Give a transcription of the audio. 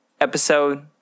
episode